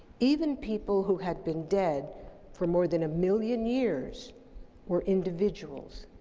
even people who had been dead for more than a million years were individuals,